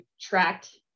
tracked